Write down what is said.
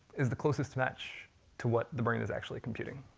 is the closest match to what the brain is actually computing.